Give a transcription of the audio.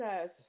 says